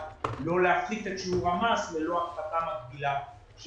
לא להחליף את שיעור המס ולא הפחתה מקבילה.